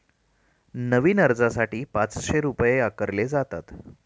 नवीन अर्जासाठी पाचशे रुपये आकारले जातात